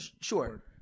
Sure